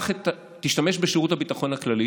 היא תשתמש בשירות הביטחון הכללי,